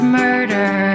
murder